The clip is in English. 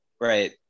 right